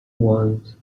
want